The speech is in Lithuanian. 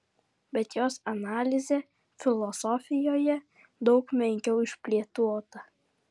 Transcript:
bet jos analizė filosofijoje daug menkiau išplėtota